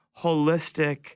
holistic